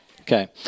Okay